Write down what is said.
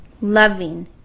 loving